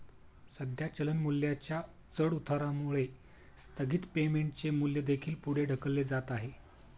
सध्या चलन मूल्याच्या चढउतारामुळे स्थगित पेमेंटचे मूल्य देखील पुढे ढकलले जात आहे